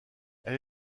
elle